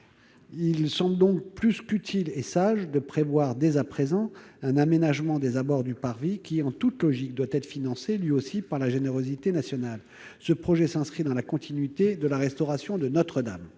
il semble utile et sage de prévoir dès à présent un aménagement des abords du parvis, qui, en toute logique, doit lui aussi être financé par la générosité nationale. Ce projet s'inscrit dans la continuité de la restauration de Notre-Dame.